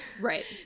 right